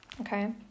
okay